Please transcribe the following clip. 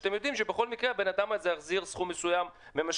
שאתם יודעים שבכל מקרה הוא יחזיר סכום מסוים מהמשכנתא.